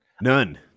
None